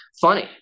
funny